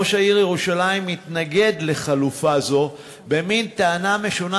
ראש העיר ירושלים מתנגד לחלופה זו במין טענה משונה